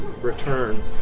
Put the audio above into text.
return